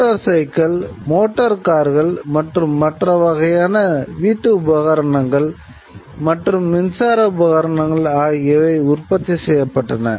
motor cycle motor கார்கள் மற்றும் மற்ற வகையான வீட்டு உபகரணங்கள் மற்றும் மின்சார உபகரணங்கள் ஆகியவை உற்பத்தி செய்யப்பட்டன